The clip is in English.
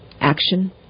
action